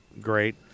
great